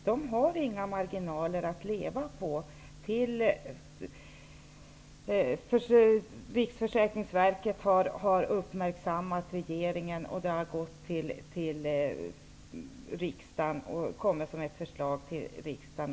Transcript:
De har ju inga marginaler att leva på fram till dess att Riksförsäkringsverket har uppmärksammat regeringen och ett förslag har kommit till riksdagen.